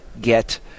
get